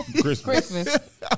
Christmas